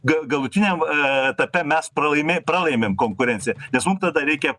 galutiniam etape mes pralaimi pralaimim konkurenciją nes mum tada reikia